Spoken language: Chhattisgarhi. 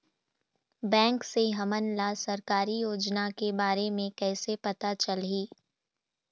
बैंक से हमन ला सरकारी योजना के बारे मे कैसे पता चलही?